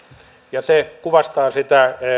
se kuvastaa